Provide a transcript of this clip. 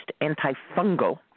antifungal